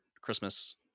Christmas